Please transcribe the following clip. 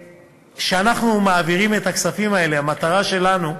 כשאנחנו מעבירים את הכספים האלה, המטרה שלנו,